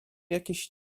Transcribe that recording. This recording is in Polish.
jakiś